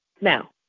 Now